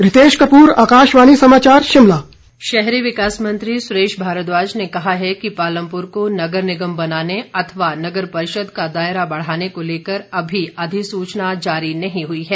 ध्यानाकर्षण भारद्वाज शहरी विकास मंत्री सुरेश भारद्वाज ने कहा है कि पालमपुर को नगर निगम बनाने अथवा नगर परिषद का दायरा बढ़ाने को लेकर अभी अधिसूचना जारी नहीं हुई है